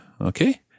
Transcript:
okay